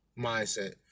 mindset